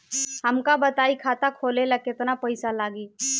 हमका बताई खाता खोले ला केतना पईसा लागी?